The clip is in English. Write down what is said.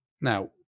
Now